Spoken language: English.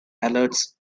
alerts